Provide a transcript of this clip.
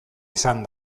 izan